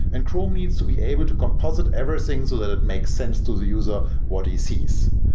and chrome needs to be able to composite everything so that it makes sense to the user what he sees.